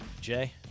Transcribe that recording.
Jay